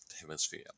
hemisphere